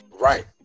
Right